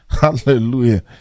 hallelujah